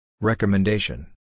Recommendation